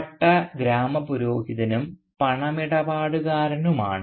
ഭട്ട ഗ്രാമ പുരോഹിതനും പണമിടപാടുകാരനുമാണ്